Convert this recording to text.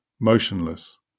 motionless